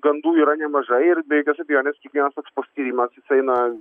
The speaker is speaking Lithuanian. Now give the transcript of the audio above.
gandų yra nemažai ir be jokios abejonės kiekvienas toks paskyrimas jis eina